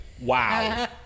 wow